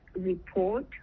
report